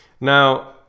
Now